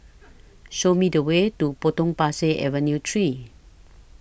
Show Me The Way to Potong Pasir Avenue three